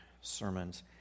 sermons